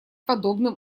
подобным